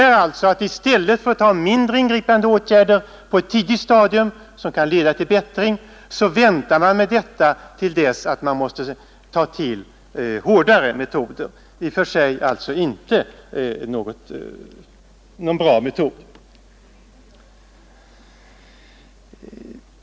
I stället för att sätta in mindre ingripande åtgärder på ett tidigt stadium, som kan leda till bättring, väntar man alltså till dess att man får ta till hårdare metoder. Det är inte någon bra utväg.